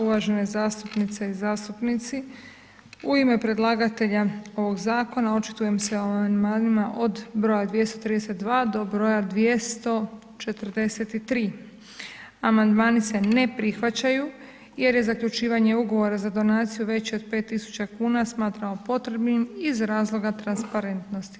Uvažene zastupnice i zastupnici, u ime predlagatelja ovog zakona očitujem se o amandmanima od br. 232. do br. 243., amandmani se ne prihvaćaju jer je zaključivanje Ugovora za donaciju veći od 5.000,00 kn, smatramo potrebnim iz razloga transparentnosti.